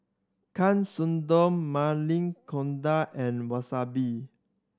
Katsudon Maili Kofta and Wasabi